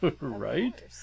Right